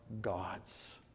gods